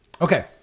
okay